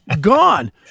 Gone